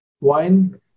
wine